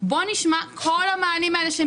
בואו נשמע את כל המענים האלה.